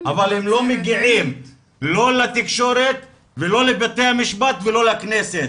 אבל הם לא מגיעים לא לתקשורת ולא לבתי המשפט ולא לכנסת,